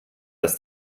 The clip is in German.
dass